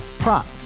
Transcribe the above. Prop